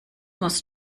muss